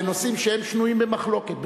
בנושאים שהם שנויים במחלוקת.